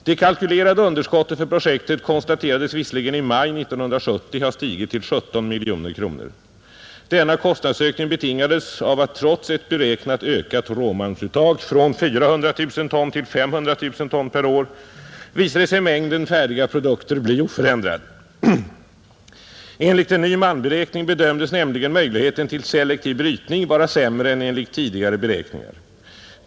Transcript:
Det kalkylerade underskottet för projektet konstaterades visserligen i maj 1970 ha stigit till 17 miljoner kronor. Denna kostnadsökning betingades av att trots ett beräknat ökat råmalmsuttag — från 400 000 ton till 500 000 ton per år — visade sig mängden färdiga produkter bli oförändrad, Enligt en ny malmberäkning bedömdes nämligen möjligheten till selektiv brytning vara sämre än enligt tidigare beräkningar.